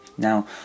Now